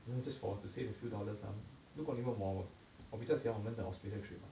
you know just for to save a few dollars some 如果你问我我比较喜欢我们的 australia trip lah